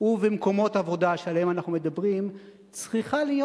ובמקומות עבודה שעליהם אנחנו מדברים צריכה להיות